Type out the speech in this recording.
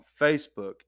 Facebook